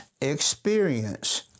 experience